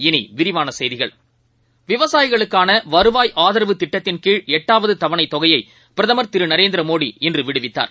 இனிவிரிவானசெய்திகள் விவசாயிகளுக்கானவருவாய் ஆதரவு திட்டத்தின்கீழ்எட்டாவதுதவணைத் தொகையை பிரதம் திரு நரேந்திரமோடி இன்றுவிடுவித்தார்